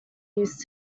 use